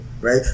right